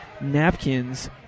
Napkins